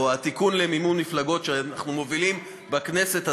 או התיקון לחוק מימון מפלגות שאנחנו מובילים בכנסת הזאת,